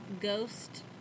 ghost